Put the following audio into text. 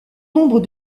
nombre